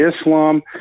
Islam